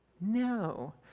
No